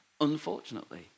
unfortunately